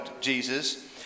Jesus